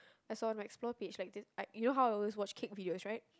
I saw on my explore page like this like you know how I always watch cake videos right